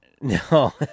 No